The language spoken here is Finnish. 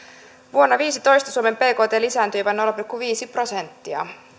vuonna viisitoista suomen bkt lisääntyi jopa nolla pilkku viisi prosenttia